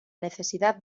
necesidad